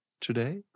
today